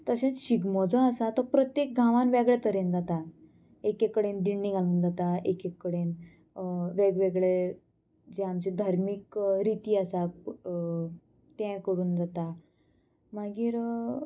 तशेंच शिगमो जो आसा तो प्रत्येक गांवांन वेगळे तरेन जाता एक एक कडेन दिण्डी घालून जाता एक एक कडेन वेगवेगळे जे आमचे धार्मीक रिती आसा ते करून जाता मागीर